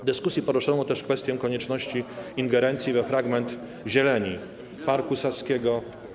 W dyskusji poruszono też kwestię konieczności ingerencji we fragment zieleni Parku Saskiego.